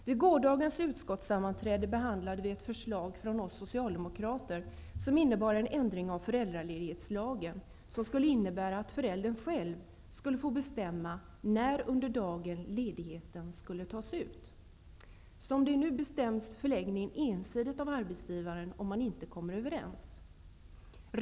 Vid gårdagens utskottssammanträde behandlade vi ett förslag från oss socialdemokrater om en ändring av föräldraledighetslagen, som skulle innebära att föräldern själv får bestämma när under dagen ledigheten skall tas ut. Som det är nu bestäms förläggningen ensidigt av arbetsgivaren om man inte kommer överens.